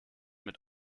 mit